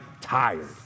tired